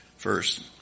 First